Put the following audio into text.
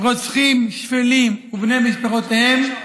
רוצחים שפלים ובני משפחותיהם,